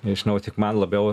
nežinau tik man labiau